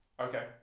Okay